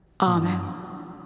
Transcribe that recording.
Amen